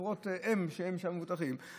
חברות-אם שהם מבוטחים שם.